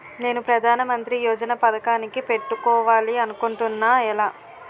నేను ప్రధానమంత్రి యోజన పథకానికి పెట్టుకోవాలి అనుకుంటున్నా ఎలా?